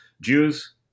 Jews